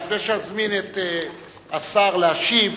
לפני שאזמין את השר להשיב,